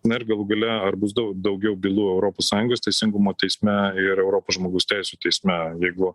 na ir galų gale ar bus dau daugiau bylų europos sąjungos teisingumo teisme ir europos žmogaus teisių teisme jeigu